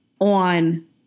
on